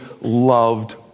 loved